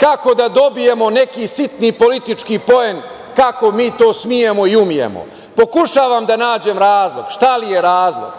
kako da dobijemo neki sitni politički poen, kako mi to smemo i umemo. Pokušavam da nađem razlog, šta li je razlog?